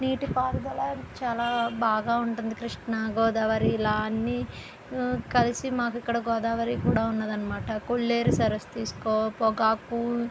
నీటిపారుదల చాలా బాగా ఉంటుంది కృష్ణ గోదావరి ఇలా అన్నీ కలిసి మాకు ఇక్కడ గోదావరి కూడా ఉన్నది అన్నమాట కొల్లేరు సరస్సు తీసుకో పొగాకు